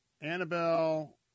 Annabelle